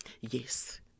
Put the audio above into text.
Yes